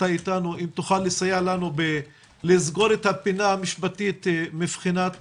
אם תוכל לסייע לנו לסגור את הפינה המשפטית מבחינת